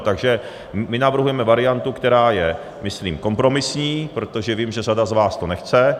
Takže my navrhujeme variantu, která je myslím kompromisní, protože vím, že řada z vás to nechce.